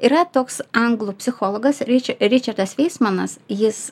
yra toks anglų psichologas rič ričardas veismanas jis